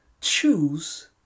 choose